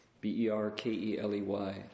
B-E-R-K-E-L-E-Y